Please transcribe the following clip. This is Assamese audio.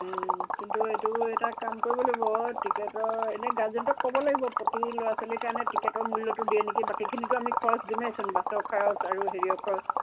কিন্তু এইটো এটা কাম কৰিব লাগিব টিকেটৰ এনেই গাৰ্জেন্টক ক'ব লাগিব প্ৰতি ল'ৰা ছোৱালীৰ কাৰণে টিকেটৰ মূল্যটো দিয়ে নেকি বাকীখিনিতো আমি খৰচ দিমেইচোন বাছৰ খৰচ আৰু হেৰিয়ৰ খৰচ